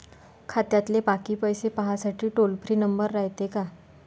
खात्यातले बाकी पैसे पाहासाठी टोल फ्री नंबर रायते का?